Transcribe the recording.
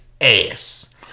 ass